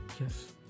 Yes